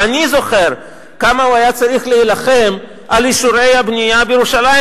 ואני זוכר כמה הוא היה צריך להילחם על אישורי הבנייה בירושלים,